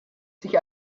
sich